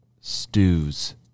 Stews